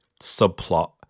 subplot